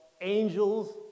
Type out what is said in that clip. angels